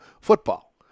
football